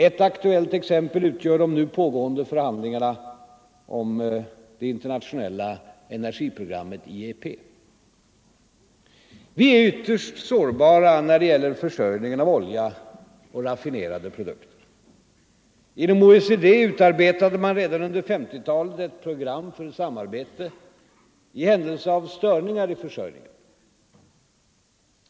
Ett aktuellt exempel utgör de nu pågående förhandlingarna om det internationella energiprogrammet, IEP. Vi är ytterst sårbara när det gäller försörjningen av olja och raffinerade produkter. Inom OECD utarbetade man redan under 1950-talet ett program för samarbete i händelse av störningar i försörjningen.